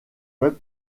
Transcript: web